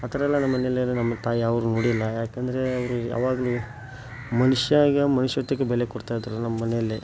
ಆ ಥರ ಎಲ್ಲ ನಮ್ಮಮನೆಲ್ಲಿ ನಮ್ಮ ತಾಯವರು ನೋಡಿಲ್ಲ ಯಾಕಂದರೆ ಅವರು ಯಾವಾಗಲೂ ಮನುಷ್ಯಾಗ ಮನುಷ್ಯತ್ವಕ್ಕೆ ಬೆಲೆ ಕೊಡ್ತಾಯಿದ್ದರು ನಮ್ಮಮನೆಲ್ಲಿ